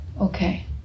Okay